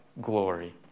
glory